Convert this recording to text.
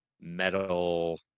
metal